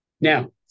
Now